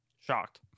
Shocked